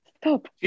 stop